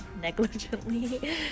negligently